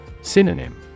Synonym